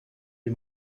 wie